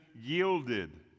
yielded